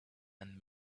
and